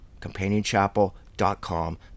companionchapel.com